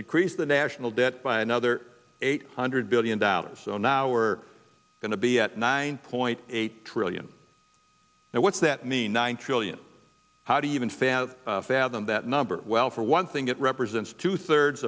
increase the national debt by another eight hundred billion dollars so now we're going to be at nine point eight trillion now what's that mean one trillion how do you even fan fathom that number well for one thing it represents two thirds